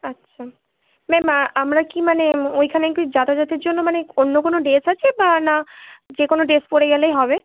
আচ্ছা ম্যাম আমরা কি মানে ওইখানে কি যাতায়াতের জন্য মানে অন্য কোনো ড্রেস আছে বা না যে কোনো ড্রেস পরে গেলেই হবে